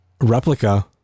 replica